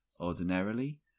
ordinarily